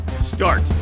start